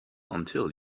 until